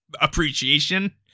appreciation